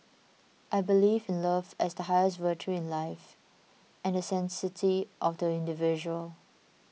I believe in love as the highest virtue in life and the sanctity of the individual